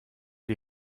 die